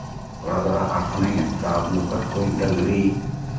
ᱜᱷᱳᱲᱟᱫᱷᱚᱨᱟ ᱦᱟᱴ ᱠᱷᱚᱱᱟᱜ ᱦᱟᱛᱟᱣ ᱟᱹᱜᱩ ᱟᱠᱟᱫ ᱠᱚᱣᱟᱹᱧ ᱰᱟᱝᱨᱤ